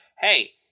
hey